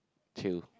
chill